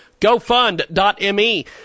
GoFund.me